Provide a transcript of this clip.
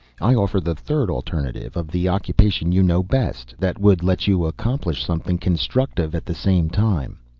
i offer the third alternative of the occupation you know best, that would let you accomplish something constructive at the same time.